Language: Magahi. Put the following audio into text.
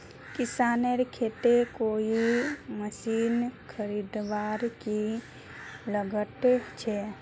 किसानेर केते कोई मशीन खरीदवार की लागत छे?